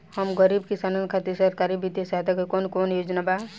हम गरीब किसान खातिर सरकारी बितिय सहायता के कवन कवन योजना बा?